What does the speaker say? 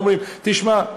אומרים: תשמע,